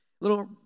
little